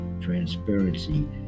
transparency